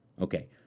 Okay